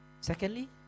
Secondly